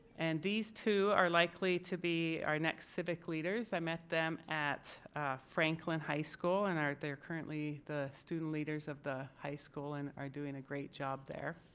and these two are likely to be our next civic leaders. i met them at franklin high school and are they're currently the student leaders of the high school and are doing a great job there.